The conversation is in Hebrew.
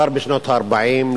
כבר בשנות ה-40,